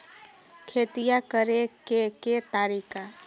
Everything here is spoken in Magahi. खेतिया करेके के तारिका?